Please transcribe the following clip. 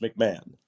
McMahon